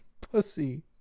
pussy